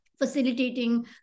facilitating